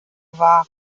war